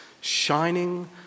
shining